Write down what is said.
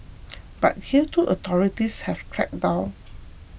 but here too authorities have cracked down